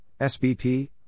SBP